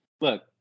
Look